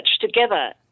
together